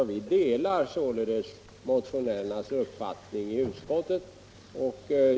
Utskottet delar därför motionärernas uppfattning.